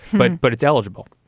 but but it's eligible.